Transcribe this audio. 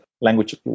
language